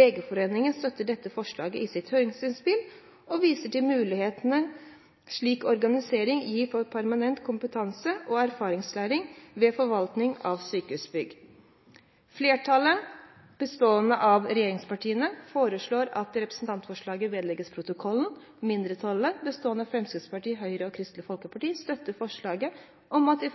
Legeforeningen støtter dette forslaget i sitt høringsinnspill, og viser til mulighetene slik organisering gir for permanent kompetanse og erfaringslæring ved forvaltning av sykehusbygg. Flertallet, bestående av regjeringspartiene, foreslår at representantforslaget vedlegges protokollen. Mindretallet, bestående av Fremskrittspartiet, Høyre og Kristelig Folkeparti, støtter forslaget om at det